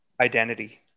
Identity